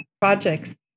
projects